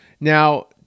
Now